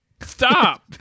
Stop